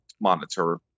monitor